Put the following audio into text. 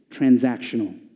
transactional